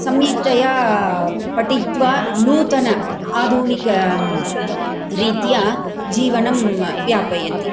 सम्यक्तया पठित्वा नूतन आधुनिक रीत्या जीवनं यापयति